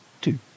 two